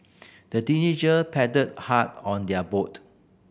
the teenager paddled hard on their boat